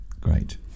Great